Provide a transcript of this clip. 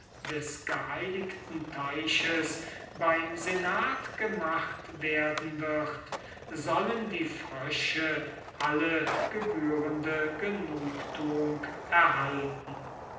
des geheiligten teiches beim senat gemacht werden wird sollen die frösche alle gebührende genugtuung erhalten